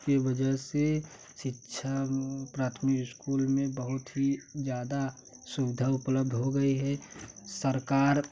कि वजह से शिक्षा प्राथमिक इस्कूल में बहुत ही ज़्यादा सुविधा उपलब्ध हो गई है सरकार